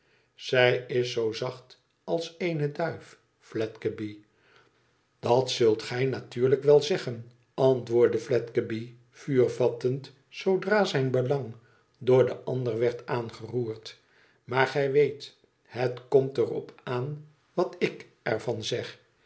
zij is zoo zacht als eene duif fledeeby dat zult gij natuurlijk wel zeggen antwoordde fiedgeby vuur vattend zoodra zijn belang door den ander werd aangeroerd maar gij weet het komt er op aan wat ik er van zeg